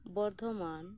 Bardhaman